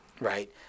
Right